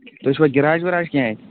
تۅہہِ چھُوا گِراج وِراج کیٚنٛہہ اتہِ